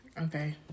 Okay